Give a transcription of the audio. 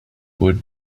would